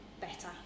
better